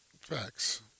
Facts